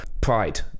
pride